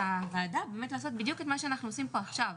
הוועדה באמת לעשות בדיוק את מה שאנחנו עושים פה עכשיו,